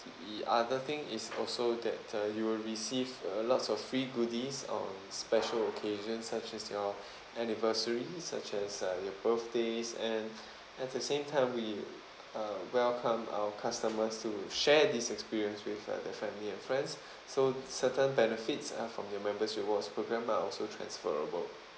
the other thing is also that uh you will receive a lots of free goodies on special occasion such as your anniversaries such as uh your birthdays and at the same time we uh welcome our customers to share this experience with uh their family and friends so certain benefits ah from your members rewards program are also transferable